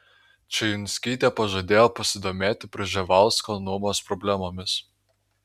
čijunskytė pažadėjo pasidomėti prževalsko nuomos problemomis